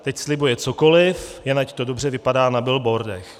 Teď slibuje cokoliv, jen ať to dobře vypadá na billboardech.